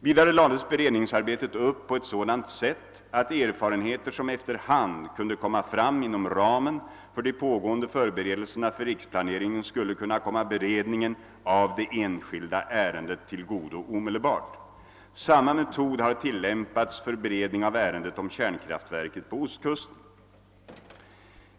Vidare lades beredningsarbetet upp på ett sådant sätt att erfarenheter som efter hand kunde komma fram inom ramen för de pågående förberedelserna för riksplaneringen skulle kunna komma beredningen av det enskilda ärendet till godo omedelbart. Samma metod har tillämpats vid beredning av ärendet om kärnkraftverket på ostkusten.